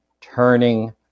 turning